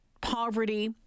poverty